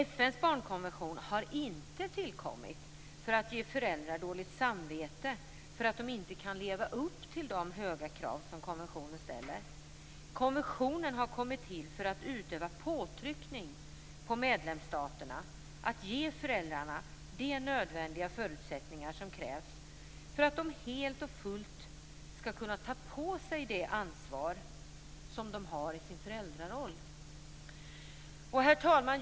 FN:s barnkonvention har inte tillkommit för att ge föräldrar dåligt samvete för att de inte kan leva upp till de höga krav som konventionen ställer. Konventionen har kommit till för att utöva påtryckning på medlemsstaterna att ge föräldrarna de nödvändiga förutsättningar som krävs för att de helt och fullt skall kunna ta på sig det ansvar som de har i sin föräldraroll. Herr talman!